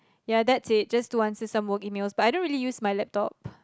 ya that's it just to once answer some work emails but I don't really use my laptop